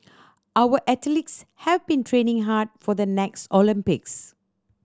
our athletes have been training hard for the next Olympics